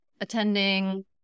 attending